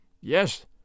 Yes